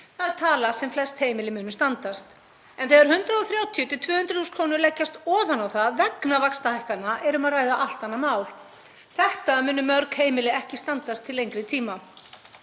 Það er tala sem flest heimili munu standast en þegar 130–200.000 kr. leggjast ofan á það vegna vaxtahækkana er um að ræða allt annað mál. Þetta munu mörg heimili ekki standast til lengri tíma.